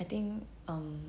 I think um